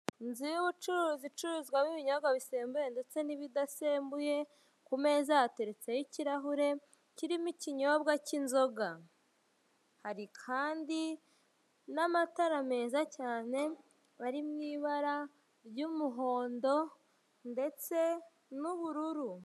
Inzu y'ubucuruzi ibicuruzwa n'ibinyobwa bisembuye ndetse n'ibidasembuye, ku meza ya hateretse ikirahure kirimo ikinyobwa cy'inzoga, hari kandi n'amatara meza cyane ari muibara ry'umuhondo ndetse n'ubururu.